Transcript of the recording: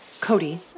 Cody